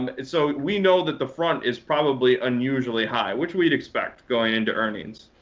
and and so we know that the front is probably unusually high, which we'd expect going into earnings.